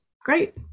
great